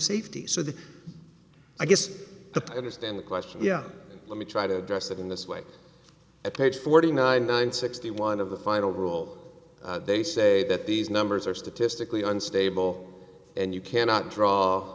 safety so that i guess understand the question let me try to address that in this way at page forty nine nine sixty one of the final rule they say that these numbers are statistically unstable and you cannot draw